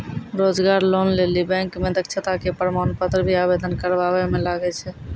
रोजगार लोन लेली बैंक मे दक्षता के प्रमाण पत्र भी आवेदन करबाबै मे लागै छै?